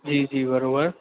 जी जी बराबरि